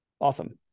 Awesome